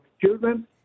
children